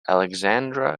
alexandra